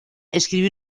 escribió